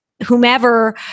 whomever